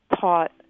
taught